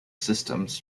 systems